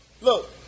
look